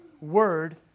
word